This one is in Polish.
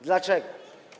Dlaczego?